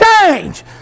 change